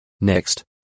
Next